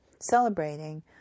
celebrating